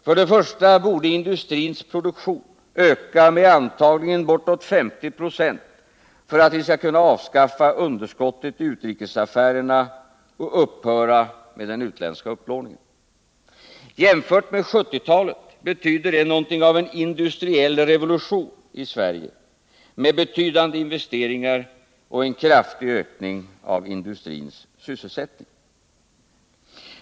För det första borde industrins produktion öka med antagligen bortåt 50 7o för att vi skall kunna avskaffa underskottet i utrikesaffärerna och upphöra med den utländska upplåningen. Jämfört med 1970-talet betyder det något av en industriell revolution i Sverige med betydande investeringar och en kraftig ökning av industrins sysselsättning.